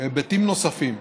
היבטים נוספים,